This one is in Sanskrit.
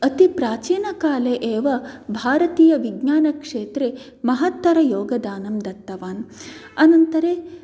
अति प्राचीनकाले एव भारतीय विज्ञानक्षेत्रे महत्तरं योगदानं दत्तवान् अनन्तरं